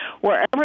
wherever